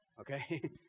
okay